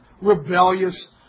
rebellious